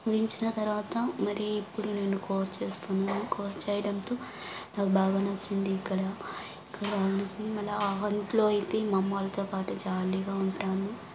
ముగించిన తర్వాత మరి ఇప్పుడు నేను కోర్స్ చేస్తున్నాను కోర్స్ చేయడంతో నాకు బాగా నచ్చింది ఇక్కడ కాలేజ్ని మళ్ళా ఇంట్లో అయితే మా అమ్మ వాళ్ళతో పాటు జాలీగా ఉంటాను